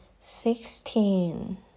Sixteen